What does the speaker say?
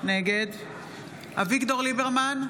נגד אביגדור ליברמן,